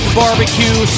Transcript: barbecue